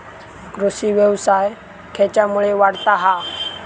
कृषीव्यवसाय खेच्यामुळे वाढता हा?